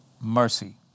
mercy